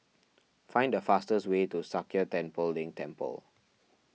find the fastest way to Sakya Tenphel Ling Temple